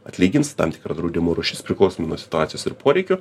atlygins tam tikra draudimo rūšis priklausomai nuo situacijos ir poreikių